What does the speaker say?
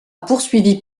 poursuivi